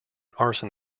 arson